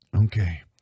Okay